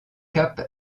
cap